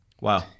Wow